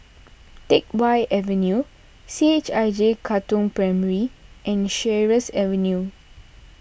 Teck Whye Avenue C H I J Katong Primary and Sheares Avenue